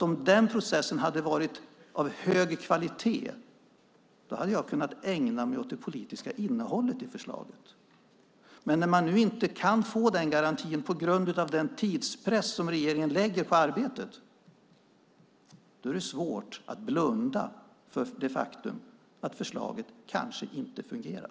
Om den processen hade varit av hög kvalitet hade jag kunnat ägna mig åt det politiska innehållet i förslaget. Men när man inte kan få den garantin på grund av den tidspress som regeringen lägger på arbetet är det svårt att blunda för det faktum att förslaget kanske inte fungerar.